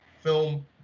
film